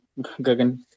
Gagan